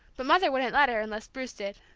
but mother wouldn't let her unless bruce did.